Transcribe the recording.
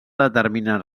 determinen